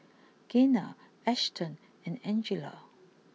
Gaynell Ashton and Angela